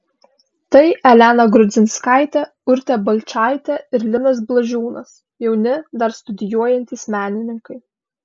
tai elena grudzinskaitė urtė balčaitė ir linas blažiūnas jauni dar studijuojantys menininkai